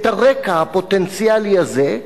הרקע הפוטנציאלי הזה,